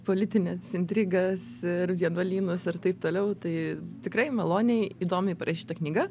politines intrigas ir vienuolynus ir taip toliau tai tikrai maloniai įdomiai parašyta knyga